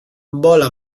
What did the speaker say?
vola